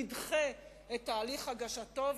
נדחה את תהליך הגשתו.